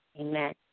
Amen